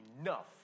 enough